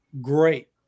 Great